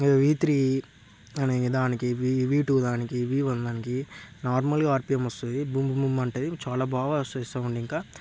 వి three అనే దానికి V two దానికి వి వన్ దానికి నార్మల్గా ఆర్పిఎం వస్తుంది బూమ్ బూమ్ అంటుంది చాలా బాగా వస్తుంది సౌండ్ ఇంకా